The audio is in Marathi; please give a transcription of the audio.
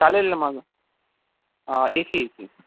चालेल नं मग हा एसी एसी